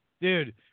Dude